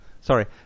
Sorry